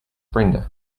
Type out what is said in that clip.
brenda